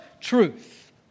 truth